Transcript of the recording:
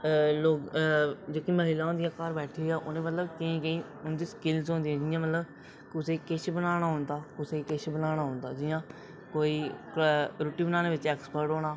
ते जेह्कियां महिलां होंदियां घर बैठी दियां उ'नें मतलब केईं केईं उं'दी स्किल्स होंदियां जि'यां की कुसै गी किश बनाना औंदा ते कुसै गी किश बनाना औंदा कोई रुट्टी बनाने च एक्सपर्ट होना